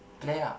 play ah